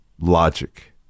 logic